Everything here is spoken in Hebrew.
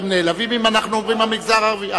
אתם נעלבים אם אנחנו אומרים המגזר הערבי?